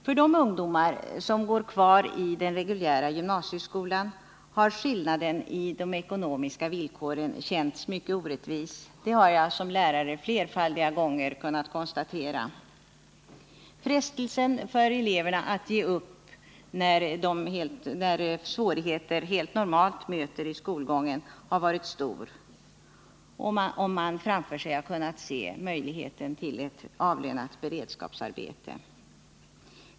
För de ungdomar som går kvar i den reguljära gymnasieskolan har skillnaderna i ekonomiska villkor känts mycket orättvisa — det har jag som lärare flerfaldiga gånger kunnat konstatera. Frestelsen för eleverna att ge upp har varit stor när svårigheter — helt normalt — möter i skolgången, om de framför sig har kunnat se möjligheten till avlönat beredskapsarbete.